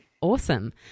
Awesome